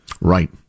Right